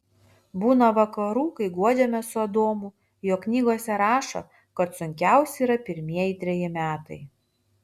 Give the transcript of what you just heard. būna vakarų kai guodžiamės su adomu jog knygose rašo kad sunkiausi yra pirmieji treji metai